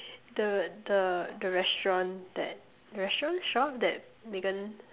the the the restaurant that restaurant shop that Megan